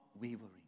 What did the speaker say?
wavering